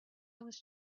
was